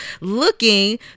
looking